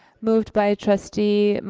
moved by trustee,